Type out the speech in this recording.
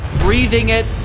breathing it,